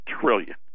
trillion